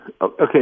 Okay